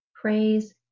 praise